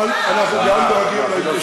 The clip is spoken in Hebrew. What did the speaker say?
אבל אנחנו גם דואגים להתיישבות.